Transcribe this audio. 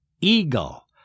eagle